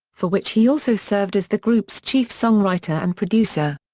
for which he also served as the group's chief songwriter and producer.